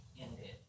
ended